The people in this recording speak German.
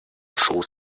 schoß